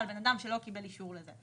אבל בן אדם שלא קיבל אישור לזה,